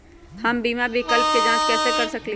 हम बीमा विकल्प के जाँच कैसे कर सकली ह?